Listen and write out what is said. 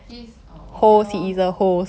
he is orh ok lor